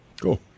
Cool